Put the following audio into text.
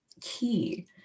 key